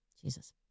Jesus